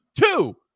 two